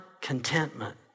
contentment